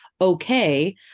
okay